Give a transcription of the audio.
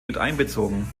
miteinbezogen